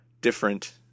different